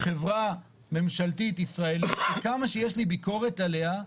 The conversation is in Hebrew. חברה ממשלתית ישראלית וכמה שיש לי ביקורת עליה,